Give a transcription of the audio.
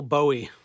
Bowie